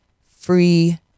free